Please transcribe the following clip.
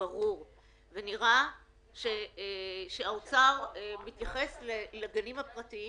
ונראה שהאוצר מתייחס לגנים הפרטיים